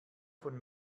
von